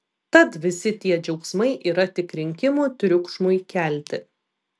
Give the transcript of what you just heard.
tad visi tie džiaugsmai yra tik rinkimų triukšmui kelti